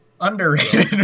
underrated